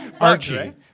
Archie